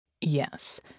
Yes